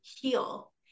heal